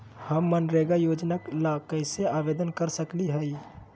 हम मनरेगा योजना ला कैसे आवेदन कर सकली हई?